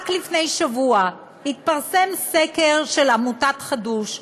רק לפני שבוע התפרסם סקר של עמותת חדו"ש.